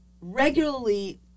regularly